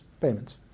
payments